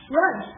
Run